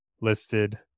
listed